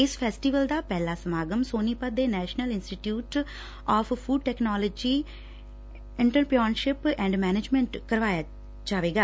ਇਸ ਫੈਸਟੀਵਲ ਦਾ ਪਹਿਲਾ ਸਮਾਗਮ ਸੋਨੀਪਤ ਦੇ national institute of food technology entrepreneurship and management ਕਰਵਾਇਆ ਜਾਵੇਗਾ